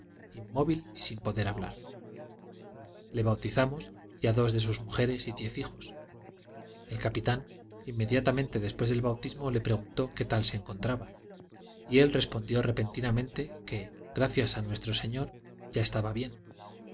inmóvil y sin poder hablar le bautizamos y a dos de sus mujeres y diez hijos el capitán inmediatamente después del bautismo le preguntó qué tal se encontraba y él respondió repentinamente que gracias a nuestro señor ya estaba bien